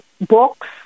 books